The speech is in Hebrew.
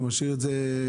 אני משאיר את זה,